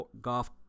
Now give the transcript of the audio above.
golf